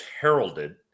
heralded